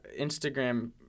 Instagram